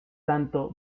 tanto